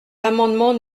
l’amendement